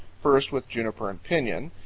first with juniper and pinon,